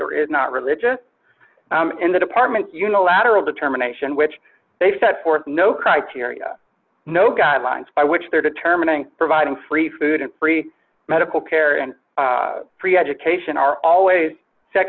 or is not religious in the department unilateral determination which they set forth no criteria no guidelines by which they're determining providing free food and free medical care and free education are always